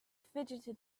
fidgeted